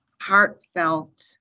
heartfelt